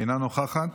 אינה נוכחת,